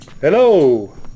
Hello